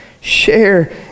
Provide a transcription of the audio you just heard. share